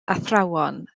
athrawon